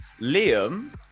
Liam